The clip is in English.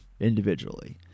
individually